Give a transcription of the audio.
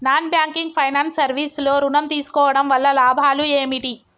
Non banking finance service లో ఋణం తీసుకోవడం వల్ల లాభాలు ఏమిటి?